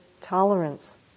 tolerance